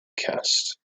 cast